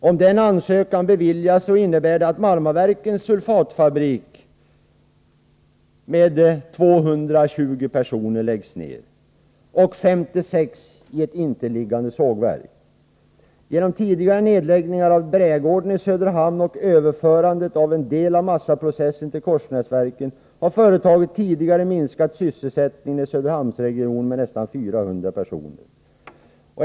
Om den ansökan beviljas, innebär det att Marmaverkens sulfatfabrik med 220 anställda läggs ned. Även 56 anställda vid ett intilliggande sågverk berörs. Genom tidigare nedläggningar av brädgården i Söderhamn och genom överförandet av en del av massaprocessen till Korsnäsverken har företaget tidigare minskat sysselsättningen i Söderhamnsregionen med nästan 400 arbetstillfällen.